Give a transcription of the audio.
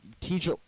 teach